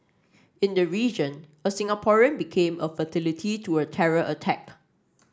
in the region a Singaporean became a fatality to a terror attack